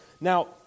Now